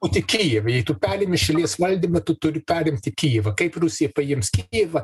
būti kijeve jei tu perimi šalies valdymą tu turi perimti kijevą kaip rusija paims kijevą